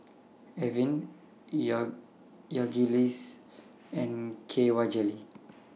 Avene and K Y Jelly